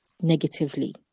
negatively